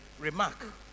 Remark